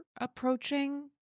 approaching